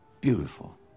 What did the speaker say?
Beautiful